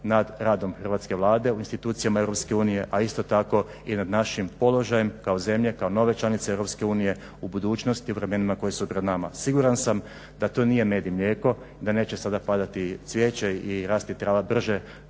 nad radom hrvatske Vlade u institucijama EU, a isto tako i nad našim položajem kao zemlje kao nove članice EU u budućnosti u vremenima koja su pred nama. Siguran sam da to nije med i mlijeko, da neće sada padati cvijeće i rasti trava brže